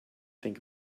think